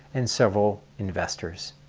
and several investors.